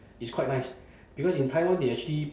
it's quite nice because in taiwan they actually